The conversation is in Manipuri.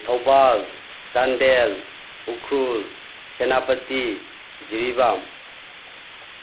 ꯊꯧꯕꯥꯜ ꯆꯥꯟꯗꯦꯜ ꯎꯈ꯭ꯔꯨꯜ ꯁꯦꯅꯥꯄꯇꯤ ꯖꯤꯔꯤꯕꯥꯝ